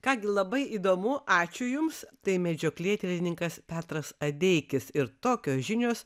ką gi labai įdomu ačiū jums tai medžioklėtyrininkas petras adeikis ir tokios žinios